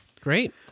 Great